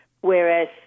whereas